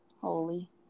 holy